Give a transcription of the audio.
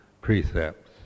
precepts